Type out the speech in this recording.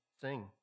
sing